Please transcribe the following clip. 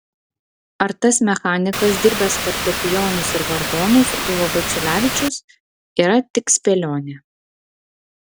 ar tas mechanikas dirbęs fortepijonus ir vargonus buvo vaiciulevičius yra tik spėlionė